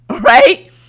Right